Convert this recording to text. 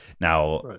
Now